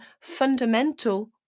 fundamental